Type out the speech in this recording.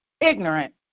ignorant